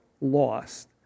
lost